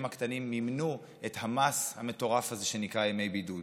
הקטנים מימנו את המס המטורף הזה שנקרא ימי בידוד.